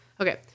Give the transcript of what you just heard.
Okay